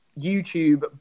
YouTube